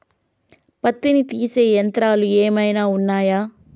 పత్తిని తీసే యంత్రాలు ఏమైనా ఉన్నయా?